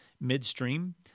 midstream